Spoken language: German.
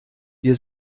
dir